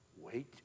wait